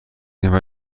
نفر